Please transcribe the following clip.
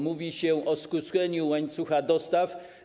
Mówi się o skróceniu łańcucha dostaw.